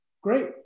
great